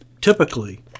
typically